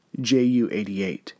JU-88